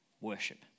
Worship